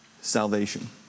salvation